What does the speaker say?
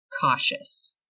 cautious